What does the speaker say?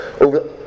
over